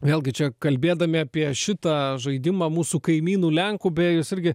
vėlgi čia kalbėdami apie šitą žaidimą mūsų kaimynų lenkų beje jūs irgi